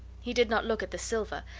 he did not look at the silver,